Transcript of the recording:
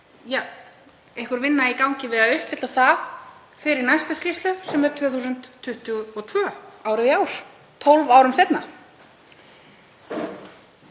að einhver vinna sé í gangi við að uppfylla það fyrir næstu skýrslu sem er 2022, árið í ár, 12 árum seinna.